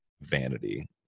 vanity